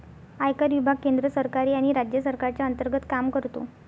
आयकर विभाग केंद्र सरकार आणि राज्य सरकारच्या अंतर्गत काम करतो